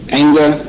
anger